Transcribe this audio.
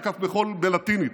תקף בלטינית,